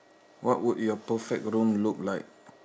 what would your perfect room look like